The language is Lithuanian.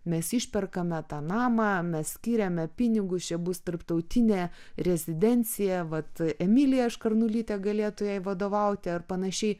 mes išperkame tą namą mes skiriame pinigus čia bus tarptautinę rezidenciją vat emilija škarnulytė galėtų jai vadovauti ar panašiai